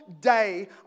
day